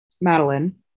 Madeline